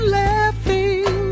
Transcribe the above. laughing